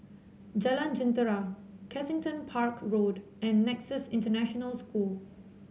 Jalan Jentera Kensington Park Road and Nexus International School